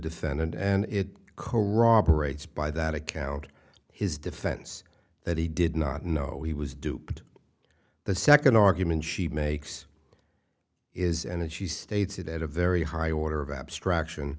defendant and it corroborates by that account his defense that he did not know he was duped the second argument she makes is and she states it at a very high order of abstraction